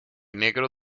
negro